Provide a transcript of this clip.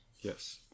Yes